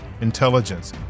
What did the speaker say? intelligence